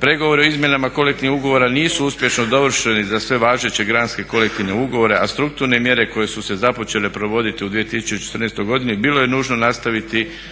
pregovori o izmjenama kolektivnog ugovara nisu uspješno dovršeni za sve važeće granske kolektivne ugovore a strukturne mjere koje su se započele provoditi u 2014. godini bilo je nužno nastaviti isto